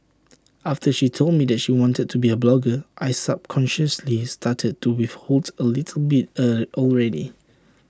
after she told me that she wanted to be A blogger I subconsciously started to withhold A little bit A already